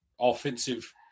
offensive